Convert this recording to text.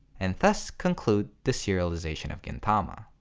and thus conclude the serialization of gintama.